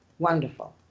Wonderful